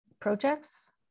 projects